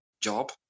job